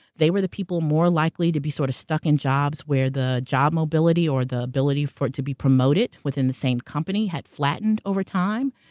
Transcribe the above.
they were the people more likely to be sort of stuck in jobs, where the job mobility, or the ability for it to be promoted with in the same company, had flattened over time.